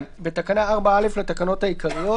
"תיקון תקנה 4 בתקנה 4(א) לתקנות העיקריות,